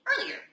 earlier